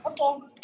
Okay